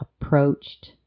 approached